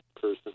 person